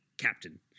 Captain